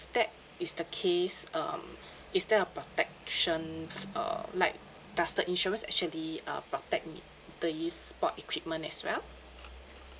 that is the case um is there a protection um like does the insurance actually uh protect the uh sport equipment as well